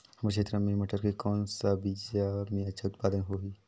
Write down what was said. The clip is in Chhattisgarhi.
हमर क्षेत्र मे मटर के कौन सा बीजा मे अच्छा उत्पादन होही?